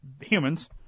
humans